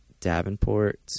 davenport